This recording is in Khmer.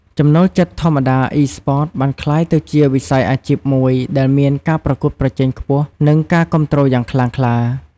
ចំណូលចិត្តធម្មតា Esports បានក្លាយទៅជាវិស័យអាជីពមួយដែលមានការប្រកួតប្រជែងខ្ពស់ និងការគាំទ្រយ៉ាងខ្លាំងក្លា។